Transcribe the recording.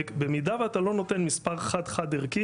במידה ואתה לא נותן מספר חד-חד ערכי